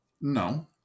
No